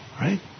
Right